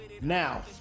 Now